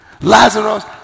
Lazarus